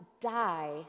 die